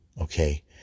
Okay